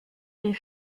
des